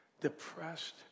depressed